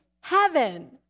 heaven